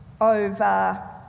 over